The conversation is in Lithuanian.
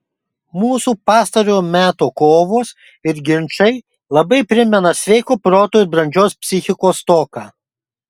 mūsų pastarojo meto kovos ir ginčai labai primena sveiko proto ir brandžios psichikos stoką